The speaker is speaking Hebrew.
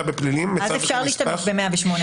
בפלילים בצו הנספח -- אז אפשר להשתמש ב-108א.